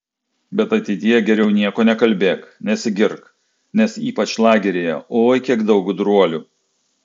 bet ateityje geriau nieko nekalbėk nesigirk nes ypač lageryje oi kiek daug gudruolių